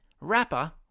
rapper